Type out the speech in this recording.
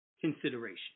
consideration